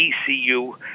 ECU